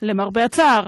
למרבה הצער,